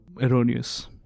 erroneous